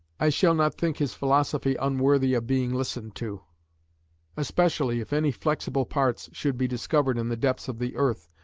i shall not think his philosophy unworthy of being listened to especially if any flexible parts should be discovered in the depths of the earth,